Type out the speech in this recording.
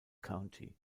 county